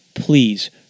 please